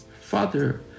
Father